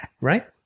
right